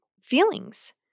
feelings